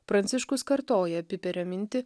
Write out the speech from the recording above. pranciškus kartoja piperio mintį